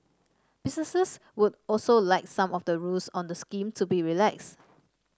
businesses would also like some of the rules on the scheme to be relaxed